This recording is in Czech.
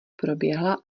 proběhla